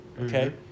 Okay